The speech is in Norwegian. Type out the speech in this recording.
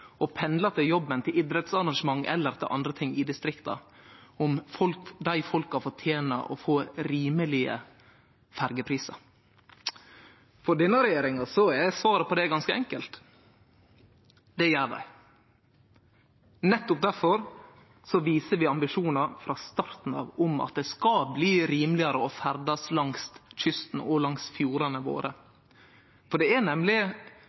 og pendlar til jobben, til idrettsarrangement eller til andre ting i distrikta, fortener å få rimelege ferjeprisar. For denne regjeringa er svaret på det ganske enkelt: Det gjer dei. Nettopp difor viser vi ambisjonar frå starten av om at det skal bli rimelegare å ferdast langs kysten og langs fjordane våre, for det er nemleg